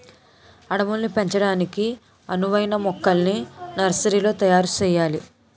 అడవుల్ని పెంచడానికి అనువైన మొక్కల్ని నర్సరీలో తయారు సెయ్యాలి